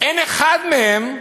אין אחד מהם,